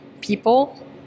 people